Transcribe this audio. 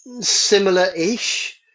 similar-ish